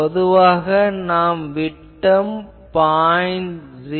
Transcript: பொதுவாக நாம் விட்டம் 0